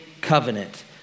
covenant